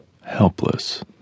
helpless